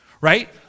right